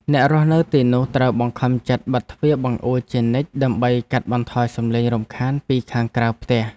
អ្នករស់នៅទីនោះត្រូវបង្ខំចិត្តបិទទ្វារបង្អួចជានិច្ច ដើម្បីកាត់បន្ថយសំឡេងរំខានពីខាងក្រៅផ្ទះ។